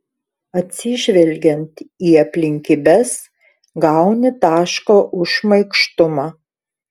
atsižvelgiant į aplinkybes gauni tašką už šmaikštumą